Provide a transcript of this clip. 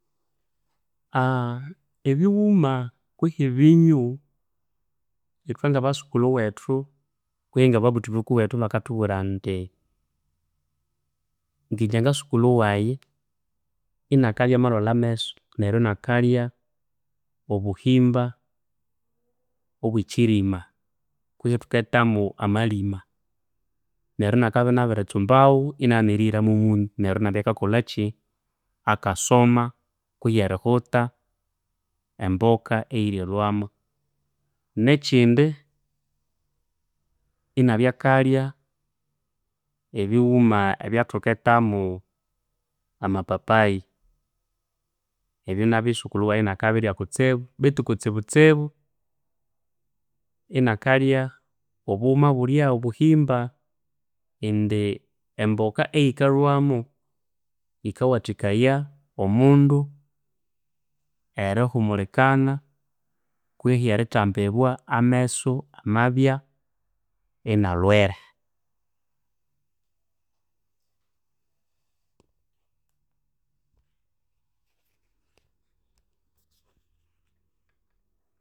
ebighuma kwehi ebinyu, ithwe ng aba sukulhu wethu ibakathubwira bathi ngingye nga sukulhu wayi iniakabya amalhwalha ameso neryo inia kalhya obuhimba obwe kirima kwehi ebya thukithamo Amalima. Neryo iniakabya abiritsumbawo iniaghana erihiramo munyu neryo iniabya akakolachi aka soma kwehi erihuta emboka eyiryalhwamo. Nekindi iniabya akalya ebighuma ebya thuekethamo amapapaya ebyo nabyo sukulhu wayi inia kabiry kutsibu beitu kutsibutsibu iniakalya obughuma bulya obuhimba indi emboka eyikalhwamo, yikawathikaya omundu erihumulikana kwehi erithambibwa amesu amabya inia lhwere.